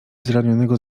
zranionego